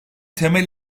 temel